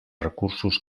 recursos